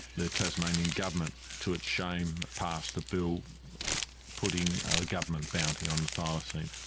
the tasmanian government to its shame passed a bill putting a government bounty on the thylacine.